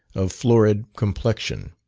of florid complexion.